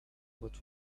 what